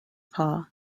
paw